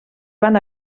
van